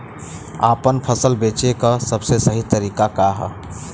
आपन फसल बेचे क सबसे सही तरीका का ह?